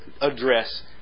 address